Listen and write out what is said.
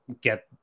get